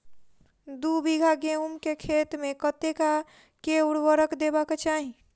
दु बीघा गहूम केँ खेत मे कतेक आ केँ उर्वरक देबाक चाहि?